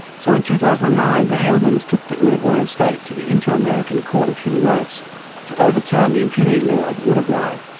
so in two thousand and nine, the gelmans took the uruguayan state to the inter-american court of human rights to overturn the impunity law of uruguay.